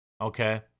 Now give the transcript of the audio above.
Okay